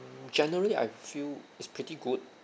generally I feel it's pretty good